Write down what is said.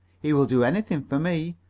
he will do anything for me,